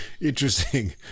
interesting